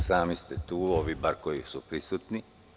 Sami ste čuli, bar vi koji ste prisutni.